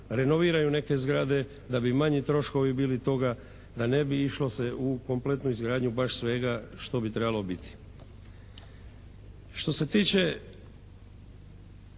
renoviraju neke zgrade da bi manji troškovi bili toga, da ne bi išlo se u kompletnu izgradnju baš svega što bi trebalo biti.